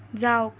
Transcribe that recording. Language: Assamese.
যাওক